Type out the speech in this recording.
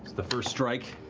the first strike.